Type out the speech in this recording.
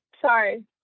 sorry